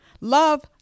love